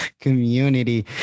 community